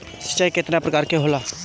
सिंचाई केतना प्रकार के होला?